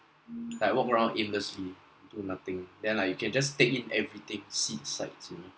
like walk around aimlessly do nothing then like you can just take in everything see the sights only